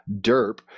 derp